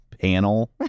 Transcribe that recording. panel